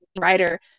writer